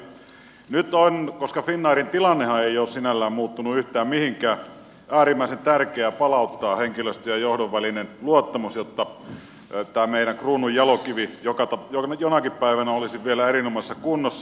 nyt on koska finnairin tilannehan ei ole sinällään muuttunut yhtään mihinkään äärimmäisen tärkeää palauttaa henkilöstön ja johdon välinen luottamus jotta tämä meidän kruununjalokivi jonakin päivänä olisi vielä erinomaisessa kunnossa